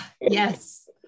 Yes